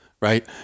right